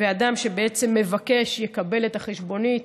אדם שמבקש יקבל את החשבונית.